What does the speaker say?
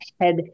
head